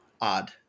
Odd